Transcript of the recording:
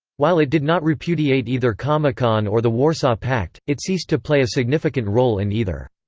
while it did not repudiate either comecon or the warsaw pact, it ceased to play a significant role in either.